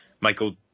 Michael